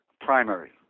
primary